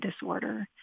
disorder